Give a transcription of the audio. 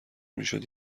میشد